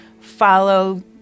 follow